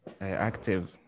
active